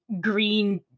green